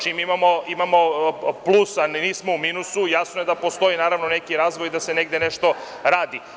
Čim imamo plus, nismo u minusu, jasno je da postoji neki razvoj, da se negde nešto radi.